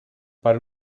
per